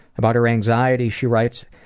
about her anxiety she writes,